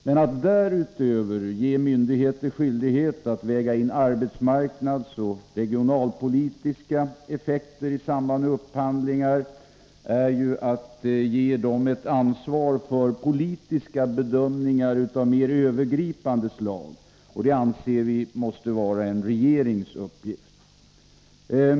Men att därutöver ge myndigheter skyldighet att väga in arbetsmarknadsoch regionalpolitiska effekter i samband med upphandlingar är att ge dem ett ansvar för politiska bedömningar av mer övergripande slag, och det anser vi måste vara ett ansvar som bör ligga på regeringen.